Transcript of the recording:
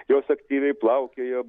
jos aktyviai plaukioja